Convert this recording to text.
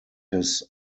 his